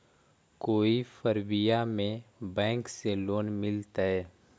कोई परबिया में बैंक से लोन मिलतय?